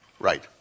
Right